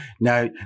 now